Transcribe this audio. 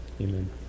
Amen